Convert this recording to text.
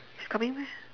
she's coming meh